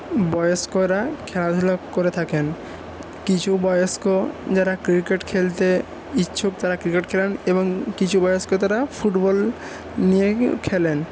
বয়স্করা খেলাধুলা করে থাকেন কিছু বয়স্ক যারা ক্রিকেট খেলতে ইচ্ছুক তাঁরা ক্রিকেট খেলেন এবং কিছু বয়স্ক তাঁরা ফুটবল নিয়ে খেলেন